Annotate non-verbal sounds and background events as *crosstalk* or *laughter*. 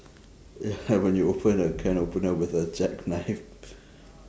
ya *laughs* when you open a can opener with a jackknife